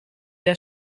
der